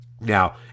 Now